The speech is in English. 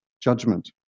judgment